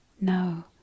No